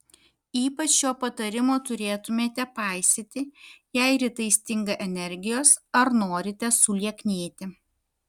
ypač šio patarimo turėtumėte paisyti jei rytais stinga energijos ar norite sulieknėti